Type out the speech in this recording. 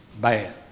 bad